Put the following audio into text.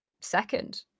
second